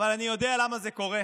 אבל אני יודע למה זה קורה.